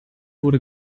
wurde